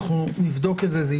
אנחנו נבדוק את זה.